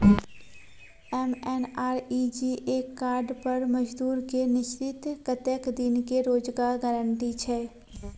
MNREGA card पर मजदुर के निश्चित कत्तेक दिन के रोजगार गारंटी छै?